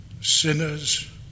sinners